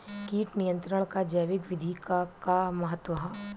कीट नियंत्रण क जैविक विधि क का महत्व ह?